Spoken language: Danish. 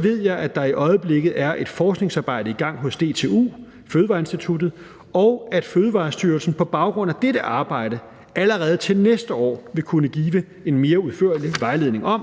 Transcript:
ved jeg, at der i øjeblikket er et forskningsarbejde i gang hos DTU Fødevareinstituttet, og at Fødevarestyrelsen på baggrund af dette arbejde allerede til næste år vil kunne give en mere udførlig vejledning om